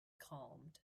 calmed